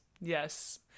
yes